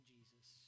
Jesus